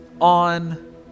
on